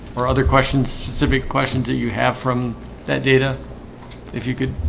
or other questions specific questions that you have from that data if you could